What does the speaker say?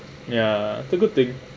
ya it's a good thing